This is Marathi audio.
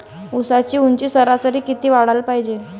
ऊसाची ऊंची सरासरी किती वाढाले पायजे?